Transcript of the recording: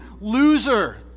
loser